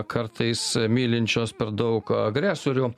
kartais mylinčios per daug agresorių